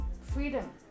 freedom